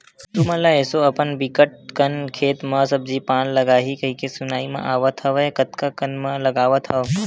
तुमन ल एसो अपन बिकट कन खेत म सब्जी पान लगाही कहिके सुनाई म आवत हवय कतका कन म लगावत हव?